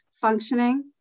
functioning